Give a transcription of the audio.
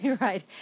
right